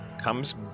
comes